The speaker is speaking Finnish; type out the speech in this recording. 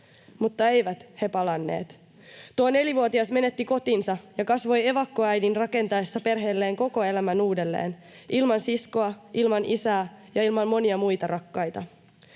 mutta eivät he palanneet. Tuo nelivuotias menetti kotinsa ja kasvoi evakkoäidin rakentaessa perheelleen koko elämän uudelleen ilman siskoa, ilman isää ja ilman monia muita rakkaita.